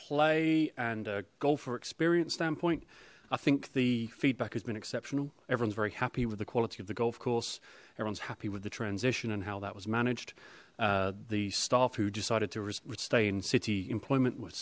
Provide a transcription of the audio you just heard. play and a golfer experience standpoint i think the feedback has been exceptional everyone's very happy with the quality of the golf course everyone's happy with the transition and how that was managed the staff who decided to retain city employment w